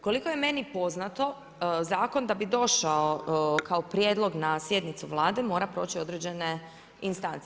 Koliko je meni poznato zakon da bi došao kao prijedlog na sjednicu Vlade mora proći određene instance.